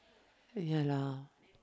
ya lah